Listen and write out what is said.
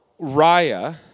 Raya